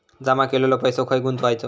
जमा केलेलो पैसो खय गुंतवायचो?